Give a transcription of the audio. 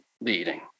leading